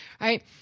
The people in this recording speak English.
Right